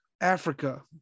Africa